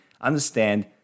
understand